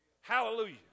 Hallelujah